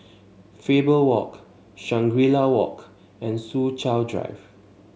Faber Walk Shangri La Walk and Soo Chow Drive